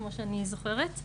כמו שאני זוכרת,